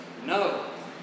No